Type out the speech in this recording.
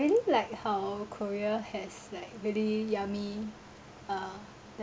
really like how korea has like really yummy uh